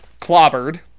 clobbered